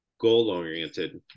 Goal-oriented